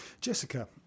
Jessica